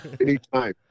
Anytime